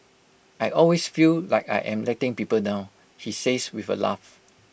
I always feel like I am letting people down he says with A laugh